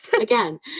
Again